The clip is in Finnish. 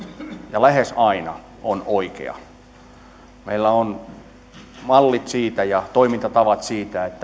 ja lähes aina on oikea meillä on mallit ja toimintatavat siitä